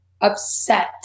upset